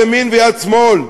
אין כאן יד ימין ויד שמאל.